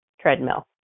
treadmill